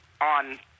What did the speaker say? on